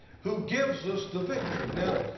who gives us the victory. now,